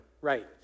right